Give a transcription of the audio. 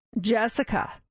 Jessica